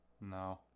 no